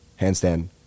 Handstand